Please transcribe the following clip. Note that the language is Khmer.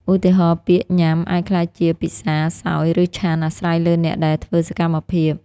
ឧទាហរណ៍ ពាក្យ ញ៉ាំ អាចក្លាយជា ពិសា សោយ ឬ ឆាន់ អាស្រ័យលើអ្នកដែលធ្វើសកម្មភាព។